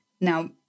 Now